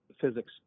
physics